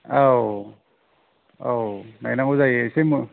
औ औ नायनांगौ जायो एसे